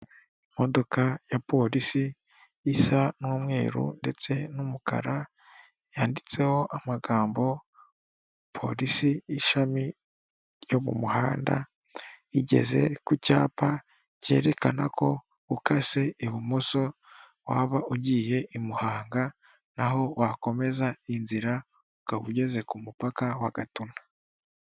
Imodoka ya polisi isa n'umweru ndetse n'umukara, yanditseho amagambo polisi ishami ryo mu muhanda, igeze ku cyapa cyerekana ko ukase ibumoso waba ugiye i Muhanga n'aho wakomeza inzira ukaba ugeze ku mupaka wa gatuna.